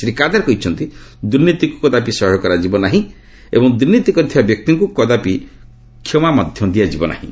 ଶ୍ରୀ କାଦର୍ କହିଛନ୍ତି ଦୁର୍ନୀତିକୁ କଦାପି ସହ୍ୟ କରାଯିବ ନାହିଁ ଏବଂ ଦୁର୍ନୀତି କରିଥିବା ବ୍ୟକ୍ତିଙ୍କୁ କଦାପି କ୍ଷମା ଦିଆଯିବ ନାହିଁ